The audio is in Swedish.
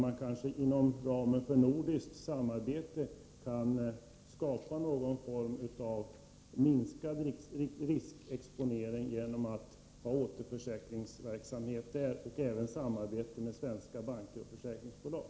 Man kanske inom ramen för det nordiska samarbetet kan skapa någon form av minskad riskexponering genom att ha återförsäkringsverksamhet och även samarbete med svenska banker och försäkringsbolag.